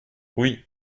oui